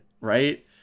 Right